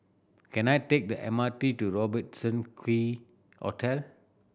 can I take the M R T to Robertson Quay Hotel